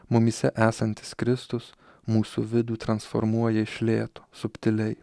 mumyse esantis kristus mūsų vidų transformuoja iš lėt subtiliai